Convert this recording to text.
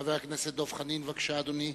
חבר הכנסת דב חנין, בבקשה, אדוני.